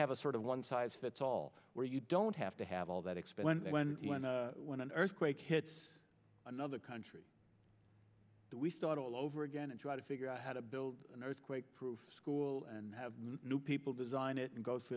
have a sort of one size fits all where you don't have to have all that expensive when when an earthquake hits another country that we thought all over again and try to figure out how to build an earthquake proof school and have a new people design it and go through